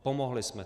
Pomohli jsme.